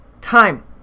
time